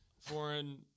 foreign